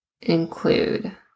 include